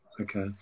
Okay